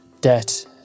debt